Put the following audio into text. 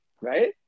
right